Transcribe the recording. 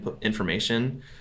information